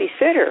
babysitter